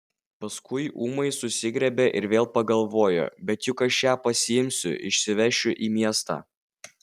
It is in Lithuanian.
paskui ūmai susigriebė ir vėl pagalvojo bet juk aš ją pasiimsiu išsivesiu į miestą